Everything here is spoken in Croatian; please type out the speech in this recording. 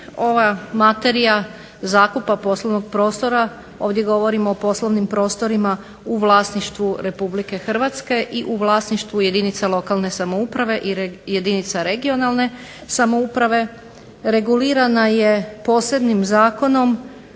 ova materija zakupa poslovnog prostora, ovdje govorimo o poslovnim prostorima u vlasništvu Republike Hrvatske i u vlasništvu jedinica lokalne samouprave i jedinica regionalne samouprave, regulirana je posebnim zakonom